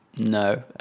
No